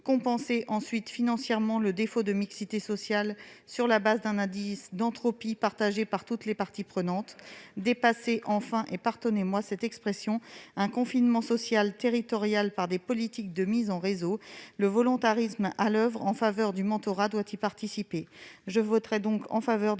compenser financièrement le défaut de mixité sociale sur la base d'un indice d'entropie partagé par toutes les parties prenantes ; enfin, dépasser « un confinement social territorial » par des politiques de mise en réseau. Le volontarisme à l'oeuvre en faveur du mentorat doit y participer.